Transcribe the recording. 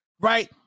Right